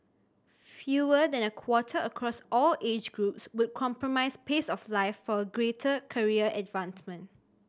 fewer than a quarter across all age groups would compromise pace of life for greater career advancement